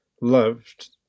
loved